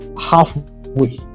halfway